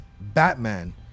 Batman